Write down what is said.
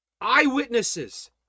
eyewitnesses